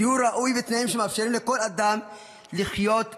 דיור ראוי ותנאים שמאפשרים לכל אדם לחיות בכבוד.